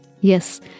Yes